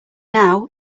now